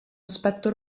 aspetto